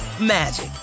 magic